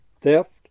theft